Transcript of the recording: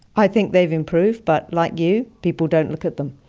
i think they've been proved but, like you, people don't look at them.